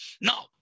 now